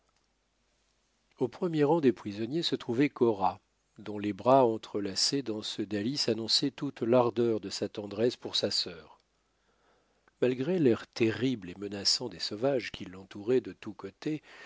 au premier rang des prisonniers se trouvait cora dont les bras entrelacés dans ceux d'alice annonçaient toute l'ardeur de sa tendresse pour sa sœur malgré l'air terrible et menaçant des sauvages qui l'entouraient de tous côtés